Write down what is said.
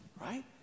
right